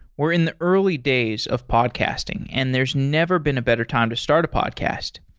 we're in the early days of podcasting, and there's never been a better time to start a podcast.